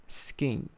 ，skin